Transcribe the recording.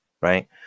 Right